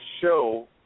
show